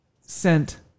sent